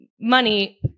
money